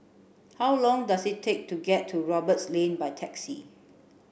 how long does it take to get to Roberts Lane by taxi